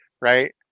right